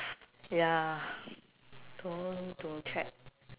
ya toner need to check